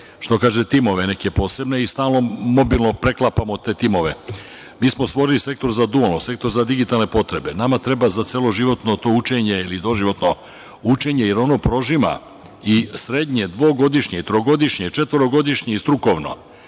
što kaže, timove neke posebne i stalno mobilno preklapamo te timove. Mi smo stvorili Sektor za dualno, Sektor za digitalne potrebe. Nama treba za celoživotno učenje ili doživotno učenje, jer ono prožima i srednje dvogodišnje i trogodišnje, četvorogodišnje i strukovno. Znači,